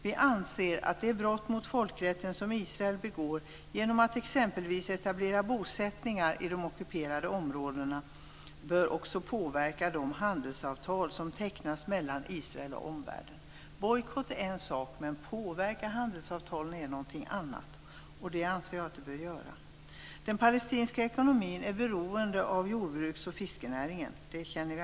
Vi anser att de brott mot folkrätten som Israel begår genom att exempelvis etablera bosättningar i de ockuperade områdena också bör påverka de handelsavtal som tecknas mellan Israel och omvärlden. Bojkott är en sak, men att påverka handelsavtalen är någonting annat, och det anser jag att vi bör göra. Den palestinska ekonomin är, som vi alla känner till, beroende av jordbruks och fiskerinäringen.